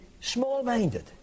small-minded